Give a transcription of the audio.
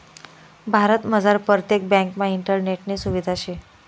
भारतमझार परतेक ब्यांकमा इंटरनेटनी सुविधा शे